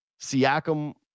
Siakam